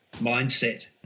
mindset